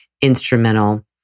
instrumental